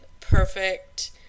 perfect